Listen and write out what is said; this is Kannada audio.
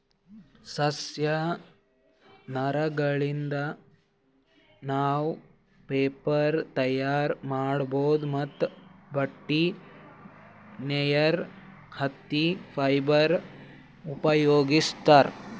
ಸಸ್ಯ ನಾರಗಳಿಂದ್ ನಾವ್ ಪೇಪರ್ ತಯಾರ್ ಮಾಡ್ಬಹುದ್ ಮತ್ತ್ ಬಟ್ಟಿ ನೇಯಕ್ ಹತ್ತಿ ಫೈಬರ್ ಉಪಯೋಗಿಸ್ತಾರ್